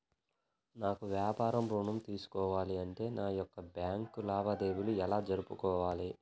నాకు వ్యాపారం ఋణం తీసుకోవాలి అంటే నా యొక్క బ్యాంకు లావాదేవీలు ఎలా జరుపుకోవాలి?